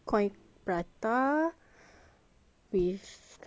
with kentang then yourself is